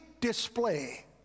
display